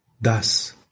Thus